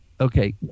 okay